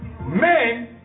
men